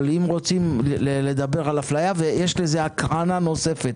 ויש לזה הקרנה נוספת,